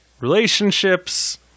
relationships